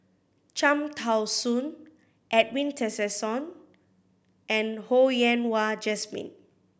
Cham Tao Soon Edwin Tessensohn and Ho Yen Wah Jesmine